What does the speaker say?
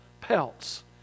pelts